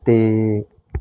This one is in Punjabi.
ਅਤੇ